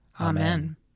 Amen